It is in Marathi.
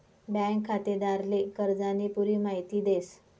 बँक खातेदारले कर्जानी पुरी माहिती देस